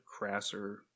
crasser